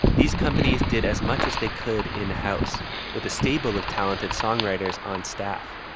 these companies did as much as they could in-house with a stable of talented songwriters on staff.